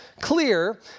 clear